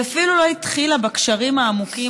היא אפילו לא התחילה בקשרים העמוקים